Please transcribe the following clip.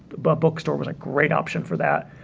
but bookstore was a great option for that.